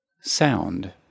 sound